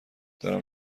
دارم